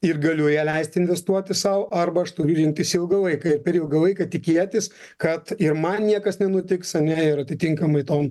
ir galiu ją leisti investuoti sau arba aš turiu rimtis ilgą laiką ir per ilgą laiką tikėtis kad ir man niekas nenutiks ane ir atitinkamai tom